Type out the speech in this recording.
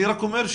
אני רק אומר,